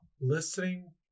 listening